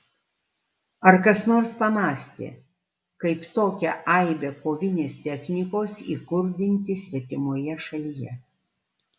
ar kas nors pamąstė kaip tokią aibę kovinės technikos įkurdinti svetimoje šalyje